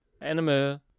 animal